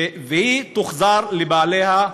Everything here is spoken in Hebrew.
והיא תוחזר לבעליה,